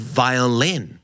violin